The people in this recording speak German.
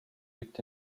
liegt